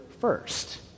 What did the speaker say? first